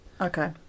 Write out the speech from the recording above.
Okay